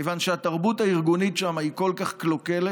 כיוון שהתרבות הארגונית שם היא כל כך קלוקלת,